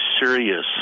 serious